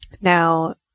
Now